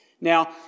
Now